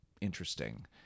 interesting